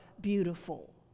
beautiful